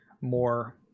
more